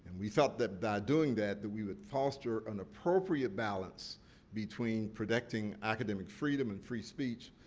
we felt that, by doing that, that we would foster an appropriate balance between protecting academic freedom and free speech,